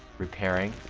repairing,